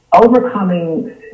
overcoming